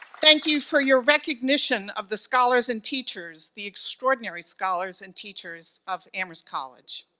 thank you for your recognition of the scholars and teachers, the extraordinary scholars and teachers of amherst college.